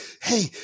Hey